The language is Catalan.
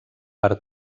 per